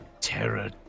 terror